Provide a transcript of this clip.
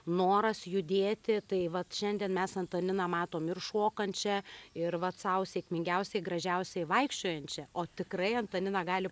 noras judėti tai vat šiandien mes antaniną matom ir šokančią ir vat sau sėkmingiausiai gražiausiai vaikščiojančią o tikrai antanina gali